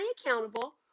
accountable